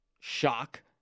shock